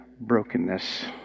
brokenness